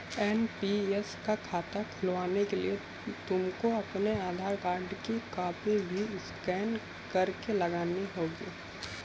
NPS का खाता खुलवाने के लिए तुमको अपने आधार कार्ड की कॉपी भी स्कैन करके लगानी होगी